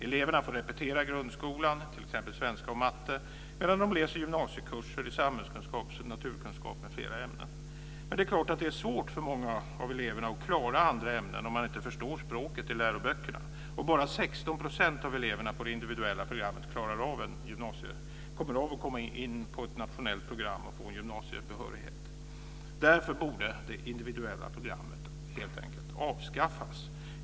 Eleverna får repetera kurser i grundskolan, t.ex. i svenska och matematik, medan de läser gymnasiekurser i samhällskunskap, naturkunskap m.fl. ämnen. Men det är klart att det är svårt för många av eleverna att klara av andra ämnen om de inte förstår språket i läroböckerna. Bara 16 % av eleverna på det individuella programmet klarar av att komma in på ett nationellt program och få en gymnasiebehörighet. Därför borde det individuella programmet helt enkelt avskaffas.